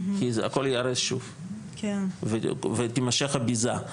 כי הכל ייהרס שוב, ותימשך הביזה.